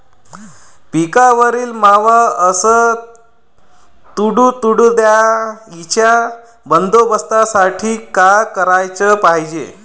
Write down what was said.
पिकावरील मावा अस तुडतुड्याइच्या बंदोबस्तासाठी का कराच पायजे?